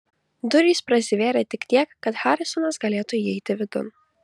durys prasivėrė tik tiek kad harisonas galėtų įeiti vidun